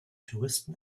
touristen